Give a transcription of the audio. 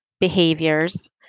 behaviors